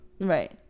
Right